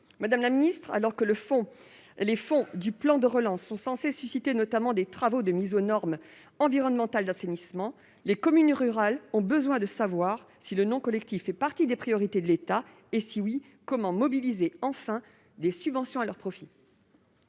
Madame la secrétaire d'État, alors que les fonds du plan de relance sont censés favoriser les travaux de mise aux normes environnementales de l'assainissement, les communes rurales ont besoin de savoir si le non-collectif fait partie des priorités de l'État. Dans l'affirmative, comment mobiliser enfin des subventions à leur profit